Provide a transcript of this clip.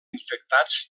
infectats